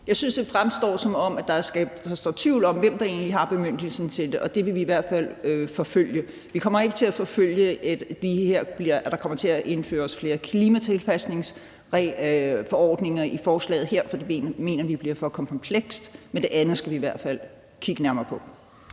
Jeg synes, det fremstår, som om der står tvivl om, hvem der egentlig har bemyndigelsen til det, og det vil vi i hvert fald forfølge. Vi kommer ikke til at forfølge, at der kommer til at blive indført flere klimatilpasningsforordninger i forslaget her, for det mener vi bliver for komplekst. Men det andet skal vi i hvert fald kigge nærmere på.